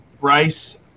bryce